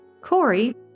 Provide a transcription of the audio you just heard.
Corey